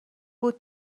بود